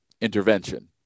intervention